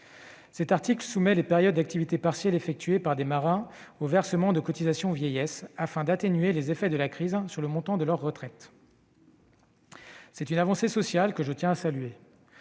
Cet article soumet les périodes d'activité partielle effectuées par des marins au versement de cotisations vieillesse, afin d'atténuer les effets de la crise sur le montant de leur retraite. C'est une avancée sociale que je tiens à saluer.